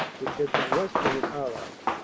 which had been resting in arras,